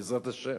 בעזרת השם,